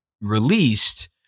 released